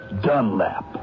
Dunlap